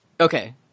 Okay